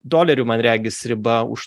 dolerių man regis riba už